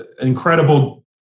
incredible